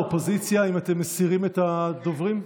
אופוזיציה, האם אתם מסירים את הדוברים?